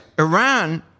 Iran